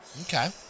Okay